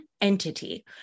entity